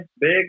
Big